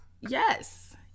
yes